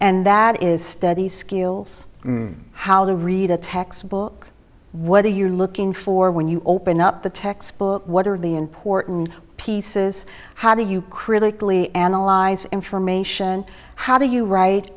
and that is study skills how to read a text book what are you looking for when you open up the textbook what are the important pieces how do you critically analyze information how do you write